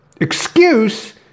excuse